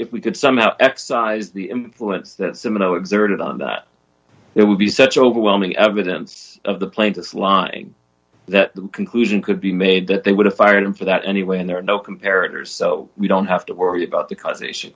if we could somehow excise the influence that similar exerted on that there would be such overwhelming evidence of the plaintiff lying that the conclusion could be made that they would have fired him for that anyway and there are no comparatives so we don't have to worry about the causation